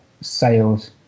sales